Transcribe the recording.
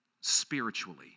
spiritually